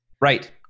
Right